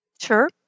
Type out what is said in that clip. Sure